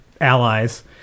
allies